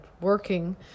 working